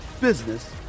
business